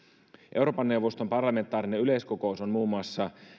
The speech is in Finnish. euroopan neuvoston parlamentaarinen yleiskokous on muun muassa